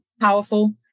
powerful